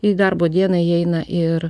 į darbo dieną įeina ir